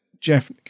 Jeff